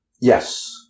Yes